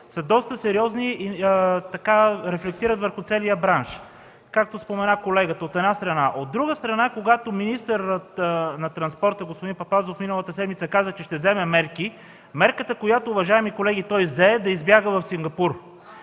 са доста сериозни и рефлектират върху целия бранш, както спомена колегата, от една страна. От друга страна когато министърът на транспорта господин Папазов миналата седмица каза, че ще вземе мерки, мярката, която той взе, уважаеми колеги, бе да избяга в Сингапур.